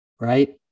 right